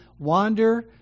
wander